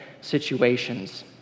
situations